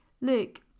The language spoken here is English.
Look